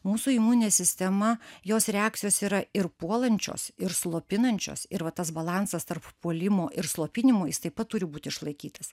mūsų imuninė sistema jos reakcijos yra ir puolančios ir slopinančios ir va tas balansas tarp puolimo ir slopinimo jis taip pat turi būti išlaikytas